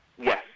Yes